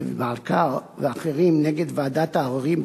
עבד-אל-קאדר ואחרים נגד ועדת העררים,